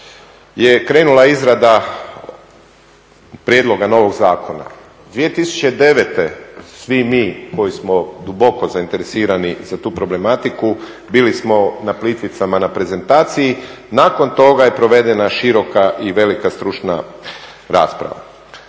je krenula izrada prijedloga novog zakona. 2009. svi mi koji smo duboko zainteresirani za tu problematiku bili smo na Plitvicama na prezentaciji, nakon toga je provedena široka i velika stručna rasprava.